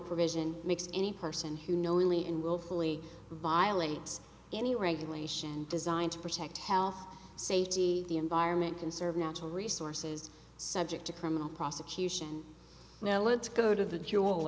provision makes any person who knowingly and willfully violates any regulation designed to protect health safety the environment conserve natural resources subject to criminal prosecution now let's go to the